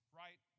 right